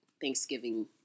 thanksgiving